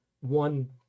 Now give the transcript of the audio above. one